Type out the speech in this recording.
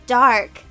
dark